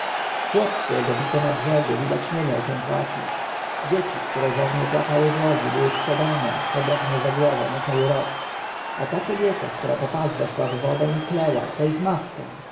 chłop którego bito na brzegu widać nie miał czem płacić dzieci które rzewnie płakały w łodzi były sprzedane po drachmie za głowę na cały rok a ta kobieta która po pas weszła w wodę i klęła to ich matka